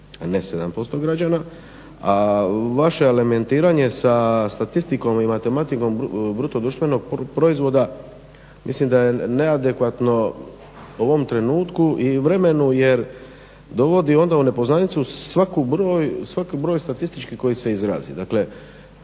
ne 7% građana a vaše alimentiranje sa statistikom i matematikom bruto društvenog proizvoda mislim da je neadekvatno u ovom trenutku i vremenu jer onda dovodi onda u nepoznanicu svaki broj statistički koji se izrazi.